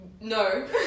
No